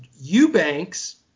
Eubanks